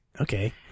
okay